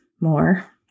more